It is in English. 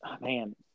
man